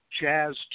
jazz